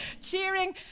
cheering